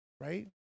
right